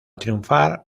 triunfar